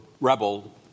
rebel